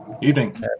Evening